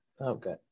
Okay